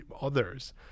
others